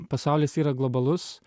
pasaulis yra globalus